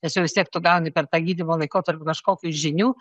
tačiau vis tiek tu gauni per tą gydymo laikotarpį kažkokių žinių